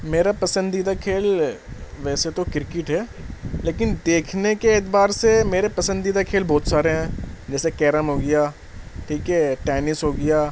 میرا پسندیدہ کھیل ویسے تو کرکٹ ہے لیکن دیکھنے کے اعتبار سے میرے پسندیدہ کھیل بہت سارے ہیں جیسے کیرم ہو گیا ٹھیک ہے ٹینس ہو گیا